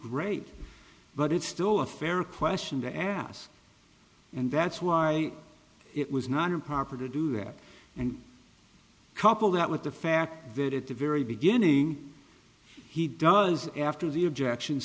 great but it's still a fair question to ask and that's why it was not improper to do that and couple that with the fact that at the very beginning he does after the objection